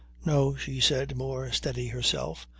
no, she said, more steady herself.